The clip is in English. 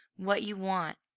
what you want?